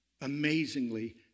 amazingly